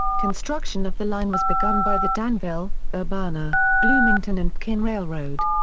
construction of the line was begun by the danville, urbana, bloomington and pekin railroad.